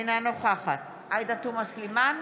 אינה נוכחת עאידה תומא סלימאן,